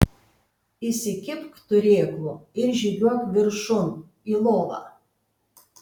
įsikibk turėklų ir žygiuok viršun į lovą